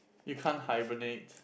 you can't hibernate